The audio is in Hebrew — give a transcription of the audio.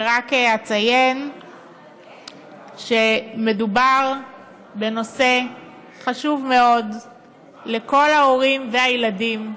ורק אציין שמדובר בנושא חשוב מאוד לכל ההורים והילדים,